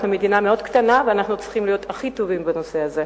אנחנו מדינה קטנה ואנחנו צריכים להיות הכי טובים בנושא הזה.